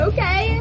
Okay